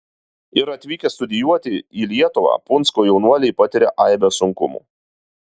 ir atvykę studijuoti į lietuvą punsko jaunuoliai patiria aibes sunkumų